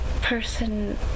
person